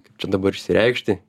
kaip čia dabar išsireikšti